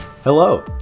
Hello